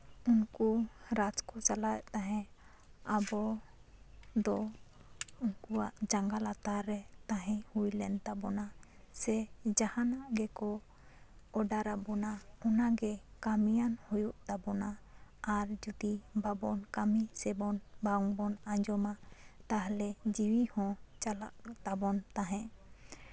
ᱩᱱᱠᱩ ᱨᱟᱡᱽ ᱠᱚ ᱪᱟᱞᱟᱣᱮᱫ ᱛᱟᱦᱮᱱ ᱟᱵᱚ ᱫᱚ ᱩᱱᱠᱩᱣᱟᱜ ᱡᱟᱝᱜᱟ ᱞᱟᱛᱟᱨ ᱨᱮ ᱛᱟᱦᱮᱸ ᱦᱩᱭ ᱞᱮᱱ ᱛᱟᱵᱚᱱᱟ ᱥᱮ ᱡᱟᱦᱟᱸ ᱱᱟᱜ ᱜᱮᱠᱚ ᱚᱰᱟᱨ ᱟᱵᱳᱱᱟ ᱚᱱᱟᱜᱮ ᱠᱟ ᱢᱤᱭᱟᱱ ᱦᱩᱭᱩᱜ ᱛᱟᱵᱳᱱᱟ ᱟᱨ ᱡᱚᱫᱤ ᱵᱟᱵᱚᱱ ᱠᱟᱢᱤ ᱥᱮᱵᱚᱱ ᱵᱟᱝᱵᱚᱱ ᱟᱸᱡᱚᱢᱟ ᱛᱟᱦᱞᱮ ᱡᱤᱣᱤ ᱦᱚᱸ ᱪᱟᱞᱟᱜ ᱛᱟᱵᱳᱱ ᱛᱟᱦᱮᱸᱜ